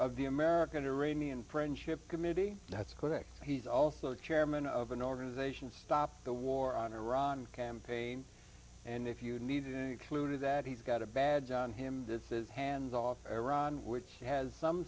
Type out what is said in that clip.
of the american to raney and friendship committee that's quick he's also chairman of an organization stop the war on iran campaign and if you need include that he's got a bad on him that says hands off iran which has some